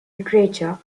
literature